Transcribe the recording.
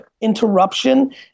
interruption